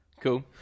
cool